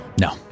No